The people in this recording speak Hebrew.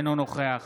אינו נוכח